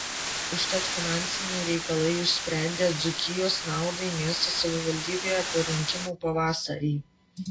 užtat finansiniai reikalai išsprendė dzūkijos naudai miesto savivaldybėje po rinkimų pavasarį